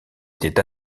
étaient